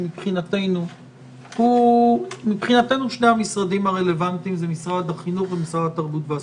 מבחינתנו שני המשרדים הרלוונטיים זה משרד החינוך ומשרד התרבות והספורט.